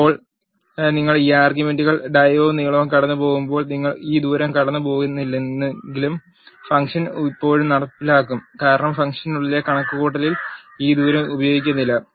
ഇപ്പോൾ നിങ്ങൾ ഈ ആർഗ്യുമെന്റുകൾ ഡയയും നീളവും കടന്നുപോകുമ്പോൾ നിങ്ങൾ ഈ ദൂരം കടന്നുപോകുന്നില്ലെങ്കിലും ഫംഗ്ഷൻ ഇപ്പോഴും നടപ്പിലാക്കും കാരണം ഫംഗ്ഷനുള്ളിലെ കണക്കുകൂട്ടലുകളിൽ ഈ ദൂരം ഉപയോഗിക്കുന്നില്ല